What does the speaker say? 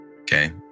Okay